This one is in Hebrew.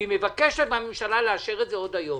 והיא מבקשת מהממשלה לאשר את זה עוד היום.